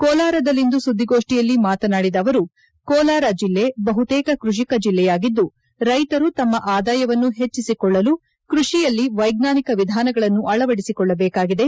ಕೋಲಾರದಲ್ಲಿಂದು ಸುದ್ದಿಗೋಷ್ಠಿಯಲ್ಲಿ ಮಾತನಾಡಿದ ಅವರು ಕೋಲಾರ ಜಿಲ್ಲೆ ಬಹುತೇಕ ಕೃಷಿಕ ಜಿಲ್ಲೆಯಾಗಿದ್ದು ರೈತರು ತಮ್ಮ ಆದಾಯವನ್ನು ಹೆಚ್ಚಿಸಿಕೊಳ್ಳಲು ಕೃಷಿಯಲ್ಲಿ ವೈಜ್ವಾನಿಕ ವಿಧಾನಗಳನ್ನು ಅಳವಡಿಸಿಕೊಳ್ಳಬೇಕಾಗಿದೆ